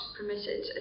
permitted